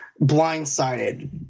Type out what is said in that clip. blindsided